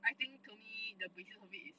I think to me the gracious of it